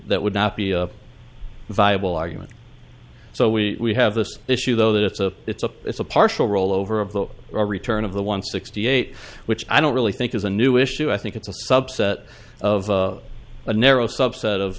would not be a viable argument so we have this issue though that it's a it's a it's a partial rollover of the return of the one sixty eight which i don't really think is a new issue i think it's a subset of a narrow subset